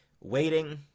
waiting